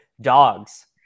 Dogs